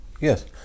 Yes